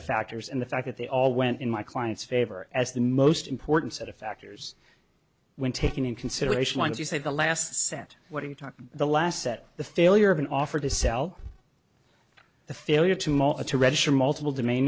of factors and the fact that they all went in my client's favor as the most important set of factors when taken in consideration when as you say the last cent what are you talking the last set the failure of an offer to sell the failure to malta to register multiple dema